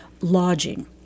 lodging